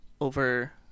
over